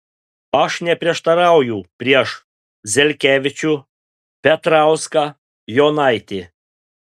aš neprieštarauju prieš zelkevičių petrauską jonaitį